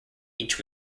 each